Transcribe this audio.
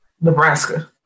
nebraska